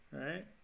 Right